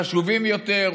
חשובים יותר,